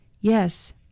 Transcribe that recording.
Yes